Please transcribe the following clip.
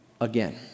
again